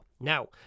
now